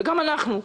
וגם אנחנו,